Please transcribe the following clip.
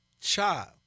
child